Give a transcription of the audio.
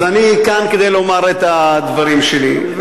אני כאן כדי לומר את הדברים שלי.